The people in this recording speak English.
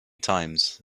times